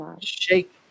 shake